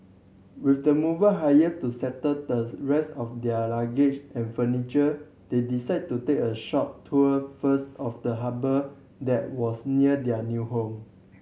with the mover hired to settle the rest of their luggage and furniture they decide to take a short tour first of the harbour that was near their new home